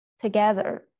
together